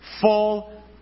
full